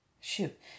shoot